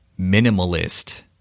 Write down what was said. Minimalist